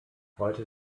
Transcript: heute